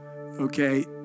okay